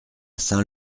saint